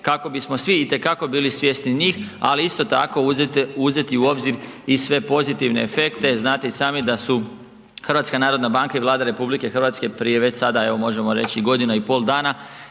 kako bismo svi itekako bili svjesni njih ali isto tako uzeti u obzir i sve pozitivne efekte, znate i sami da su HNB i Vlada RH prije već sada možemo reći i godinu i pol dana,